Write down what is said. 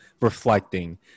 reflecting